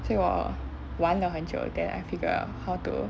so 我玩了很久 then I figure how to